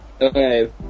okay